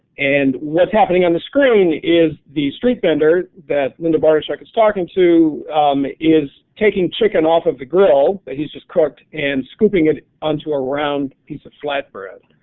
and what's happening on the screen is the street vendor that linda but like is talking to is taking chicken off of the grill, but he's just cooked and scooping it on to a round piece of flat bread.